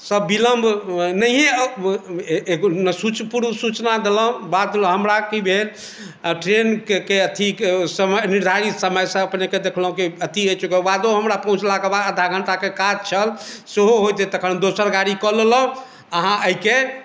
संँ विलम्ब नहिए पूर्व सूचना देलहुँ बादमे हमरा की भेल आ ट्रेनके अथी समय निर्धारित समयसंँ अपनेके देखलहुँ की अथी अछि ओकर बादो हमरा पहुँचलाके बाद आधा घण्टाके काज छल सेहो होइते तखन दोसर गाड़ी कऽ लेलहुँ अहाँ एहिके